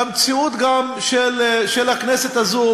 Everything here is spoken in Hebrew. גם של הכנסת הזאת,